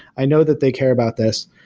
i know that they care about this.